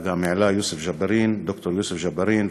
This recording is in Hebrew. והעלה גם ד"ר יוסף ג'בארין,